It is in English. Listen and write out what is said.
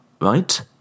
right